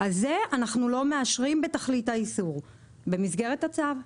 אז זה אנחנו לא מאשרים בתכלית האיסור במסגרת הצו.